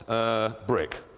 a brick.